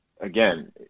again